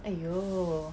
!aiyo!